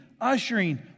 ushering